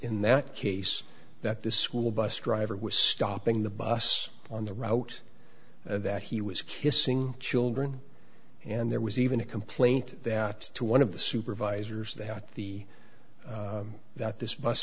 in that case that the school bus driver was stopping the bus on the route that he was kissing children and there was even a complaint that to one of the supervisors that the that this bus